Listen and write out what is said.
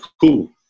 cool